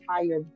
entire